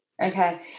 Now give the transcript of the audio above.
Okay